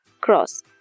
cross